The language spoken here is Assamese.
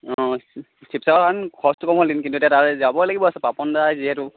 অঁ শিৱসাগৰ হোৱাহেঁতেন খৰচটো কম হ'লহেঁতেন এতিয়া যাব লাগিব আৰু পাপন দা যিহেতু